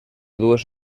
dues